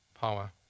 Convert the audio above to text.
power